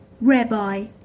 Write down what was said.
Rabbi